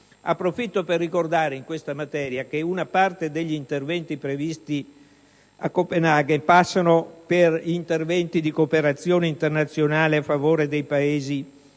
Approfitto per ricordare, a questo proposito, che una parte degli interventi previsti a Copenaghen passano per interventi di cooperazione internazionale a favore dei Paesi meno